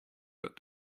got